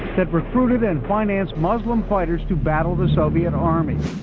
that recruited and financed muslimfighters to battle the soviet army.